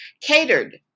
catered